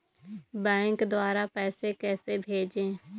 Bank द्वारा पैसे कैसे भेजें?